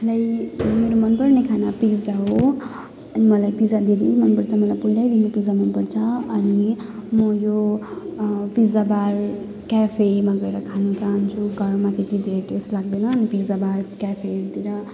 मलाई मेरो मनपर्ने खाना पिजा हो अनि मलाई पिजा धेरै मनपर्छ मलाई पहिल्यैदेखि पिजा मनपर्छ अनि म यो पिजा बार क्याफेमा गएर खान चाहन्छु घरमा त्यत्ति धेरै टेस्ट लाग्दैन अनि पिजा बार क्याफेहरूतिर